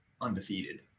undefeated